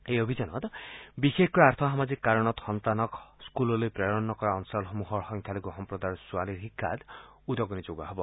এই অভিযানত বিশেষকৈ আৰ্থসামাজিক কাৰণত সন্তানক স্থুললৈ প্ৰেৰণ নকৰা অঞ্চলসমূহত সংখ্যালঘু সম্প্ৰদায়ৰ ছোৱালীৰ শিক্ষাত উদগণি যোগোৱা হ'ব